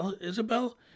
Isabel